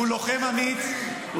הוא לוחם אמיץ --- הם מגדירים.